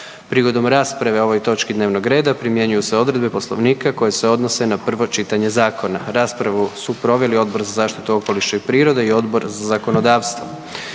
Prigodom rasprave o ovoj točki dnevnog reda primjenjuju se odredbe Poslovnika koje se odnose na prvo čitanje zakona. Raspravu su proveli Odbor za zaštitu okoliša i prirode i Odbor za zakonodavstvo.